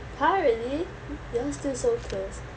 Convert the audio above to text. !huh! really you all still so close